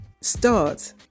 start